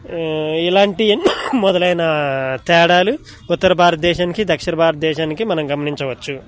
ఇలాంటి ఎన్నో మొదలైన తేడాలు ఉత్తర భారతదేశానికి దక్షిణ భారతదేశానికి మనం గమనించవచ్చు